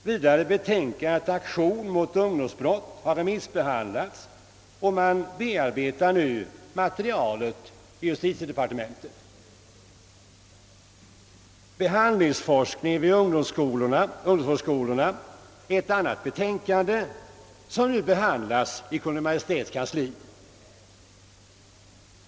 Vidare har betänkandet »Aktion mot ungdomsbrott» remissbehandlats och man bearbetar nu materialet i justitiedepartementet. »Behandlingsforskning vid ungdomsvårdsskolorna» är ett annat betänkande som nu behandlas i Kungl. Maj:ts kansli.